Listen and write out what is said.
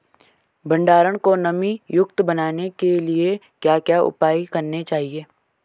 भंडारण को नमी युक्त बनाने के लिए क्या क्या उपाय करने चाहिए?